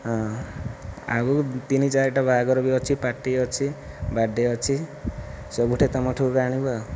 ହଁ ଆଗକୁ ତିନି ଚାରିଟା ବାହାଘର ବି ଅଛି ପାର୍ଟି ଅଛି ବାର୍ଥଡେ ଅଛି ସବୁଠି ତୁମଠୁ ଏବେ ଆଣିବୁ ଆଉ